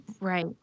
Right